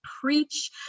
preach